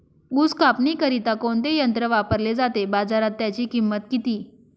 ऊस कापणीकरिता कोणते यंत्र वापरले जाते? बाजारात त्याची किंमत किती?